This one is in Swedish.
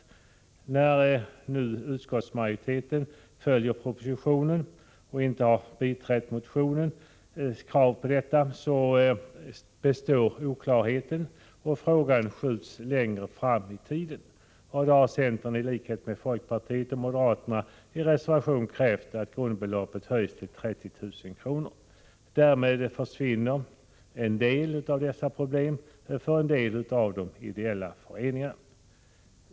Eftersom utskottsmajoriteten följer propositionen och inte har biträtt motionens krav härvidlag består oklarheten, och frågan skjuts längre fram i tiden. Då har centern, i likhet med folkpartiet och moderaterna, i reservation krävt att grundbeloppet skall höjas till 30 000 kr. Därmed försvinner problemen för en del av de ideella föreningarna.